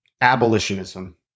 Abolitionism